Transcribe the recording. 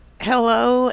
Hello